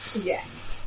Yes